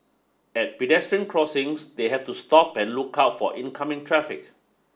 at pedestrian crossings they have to stop and look out for oncoming traffic